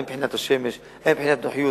הן מבחינת השמש והן מבחינת נוחיות,